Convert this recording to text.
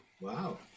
Wow